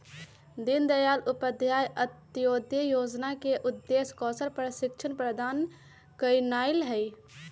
दीनदयाल उपाध्याय अंत्योदय जोजना के उद्देश्य कौशल प्रशिक्षण प्रदान करनाइ हइ